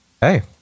Hey